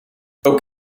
ook